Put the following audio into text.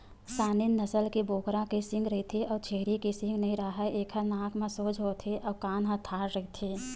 Saanen नसल के बोकरा के सींग रहिथे अउ छेरी के सींग नइ राहय, एखर नाक ह सोज होथे अउ कान ह ठाड़ रहिथे